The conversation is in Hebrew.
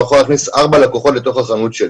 יכול להכניס ארבעה לקוחות לתוך החנות שלי,